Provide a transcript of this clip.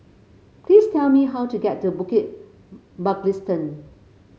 please tell me how to get to Bukit Mugliston